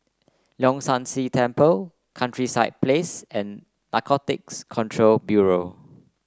Leong San See Temple Countryside Place and Narcotics Control Bureau